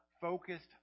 focused